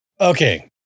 Okay